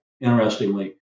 Interestingly